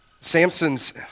Samson's